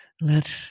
let